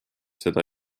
seda